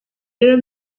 rero